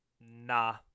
nah